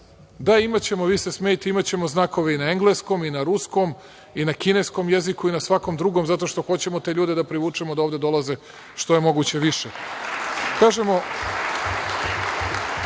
se smejte, smejte imaćemo znakove i na engleskom i na ruskom i kineskom jeziku i na svakom drugom zato što hoćemo te ljude da privučemo da ovde dolaze što je moguće